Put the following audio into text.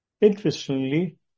interestingly